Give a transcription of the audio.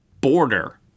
Border